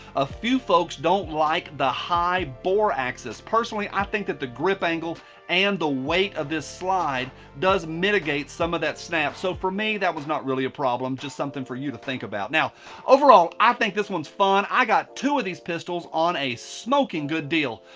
a few folks don't like the high bore axis. personally i think that the grip angle and the weight of this slide does mitigate some of that snap, so for me that was not really a problem. just something for you to think about. now overall i think this one's fun. i got two of these pistols on a smoking good deal.